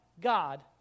God